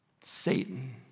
Satan